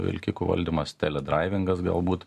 vilkikų valdymas teledraivingas galbūt